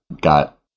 got